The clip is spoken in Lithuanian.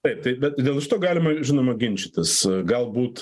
taip taip bet dėl šito galima žinoma ginčytis galbūt